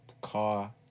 car